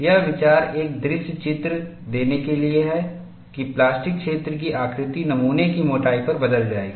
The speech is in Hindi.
यह विचार एक दृश्य चित्र देने के लिए है कि प्लास्टिक क्षेत्र की आकृति नमूने की मोटाई पर बदल जाएगी